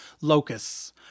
locusts